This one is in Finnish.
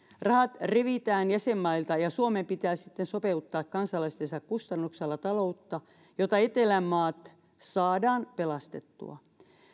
rahat revitään jäsenmailta ja ja suomen pitää sitten sopeuttaa taloutta kansalaistensa kustannuksella jotta etelän maat saadaan pelastettua